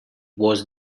was